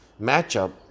matchup